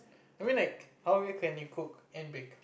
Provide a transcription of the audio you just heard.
I mean like how well an you cook and bake